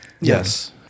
Yes